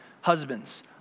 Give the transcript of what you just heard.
Husbands